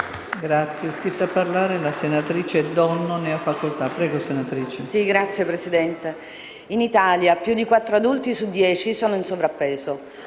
in Italia più di quattro adulti su dieci sono in sovrappeso,